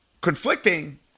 conflicting